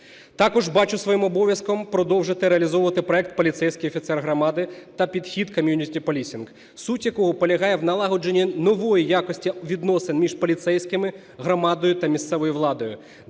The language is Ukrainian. Також бачу своїм обов'язком продовжити реалізовувати проект "Поліцейський офіцер громади" та підхід Community Policing, суть якого полягає в налагодженні нової якості відносин між поліцейськими, громадою та місцевою владою,